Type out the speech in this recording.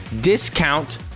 discount